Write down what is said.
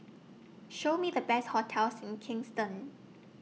Show Me The Best hotels in Kingston